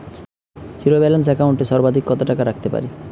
Zero balance account এ সর্বাধিক কত টাকা রাখতে পারি?